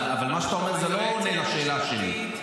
אבל מה שאתה אומר לא עונה לשאלה שלי.